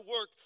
work